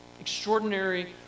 Extraordinary